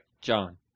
John